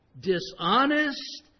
dishonest